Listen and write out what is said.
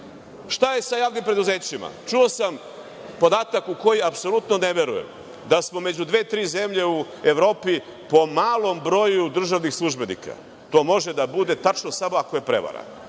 je sa javnim preduzećima? Čuo sam podatak u koji apsolutno ne veruje, da smo među dve, tri zemlje u Evropi po malom broju državnih službenika. To može da bude tačno samo ako je prevara.